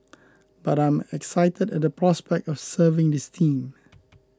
but I'm excited at the prospect of serving this team